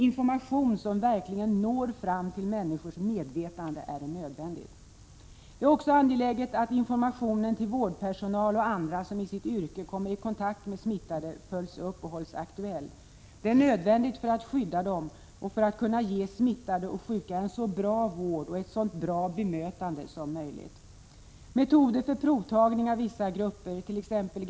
Information som verkligen når fram till människors medvetande är nödvändig. Det är också angeläget att informationen till vårdpersonal och andra som i sitt yrke kommer i kontakt med smittade följs upp och hålls aktuell. Det är nödvändigt för att skydda dem och för att kunna ge smittade och sjuka en så bra vård och ett så bra bemötande som möjligt. Metoder för provtagning av vissa grupper —t.ex.